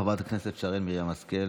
חברת הכנסת שרן מרים השכל.